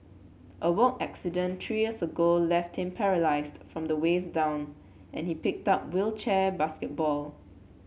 a work accident three years ago left him paralysed from the waist down and he picked up wheelchair basketball